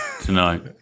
tonight